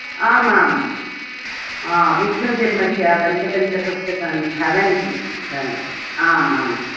आमां हा विष्णुशर्मस्य पञ्चतत्रपुस्तकानि भवन्ति भव आम् आम्